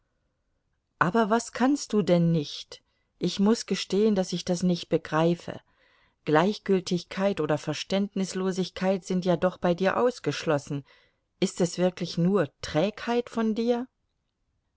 aber was kannst du denn nicht ich muß gestehen daß ich das nicht begreife gleichgültigkeit oder verständnislosigkeit sind ja doch bei dir ausgeschlossen ist es wirklich nur trägheit von dir